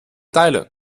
teile